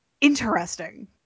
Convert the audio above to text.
interesting